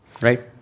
Right